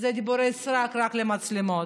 זה דיבורי סרק, רק למצלמות.